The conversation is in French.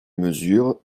mesure